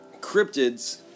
cryptids